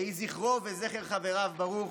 יהיה זכרו וזכר חבריו ברוך.